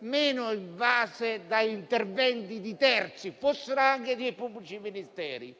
meno invase da interventi di terzi, fossero anche pubblici ministeri.